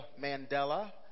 Mandela